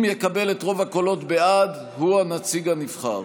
אם יקבל את רוב הקולות בעד, הוא הנציג הנבחר.